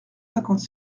cinquante